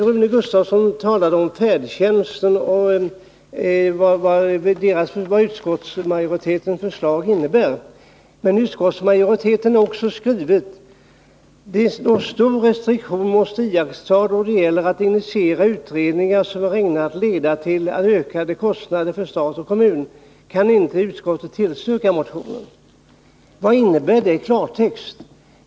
Rune Gustavsson talade om färdtjänsten och vad utskottsmajoritetens förslag innebär. Men utskottsmajoriteten har också skrivit att ”då stor restriktivitet måste iakttas då det gäller att initiera utredningar som är ägnade att leda till ökade kostnader för stat eller kommun kan utskottet inte tillstyrka motion 1980/81:1643”. Vad innebär det i klartext?